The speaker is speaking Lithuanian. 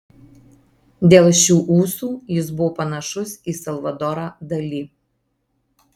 dėl šių ūsų jis buvo panašus į salvadorą dali